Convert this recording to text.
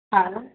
ଆର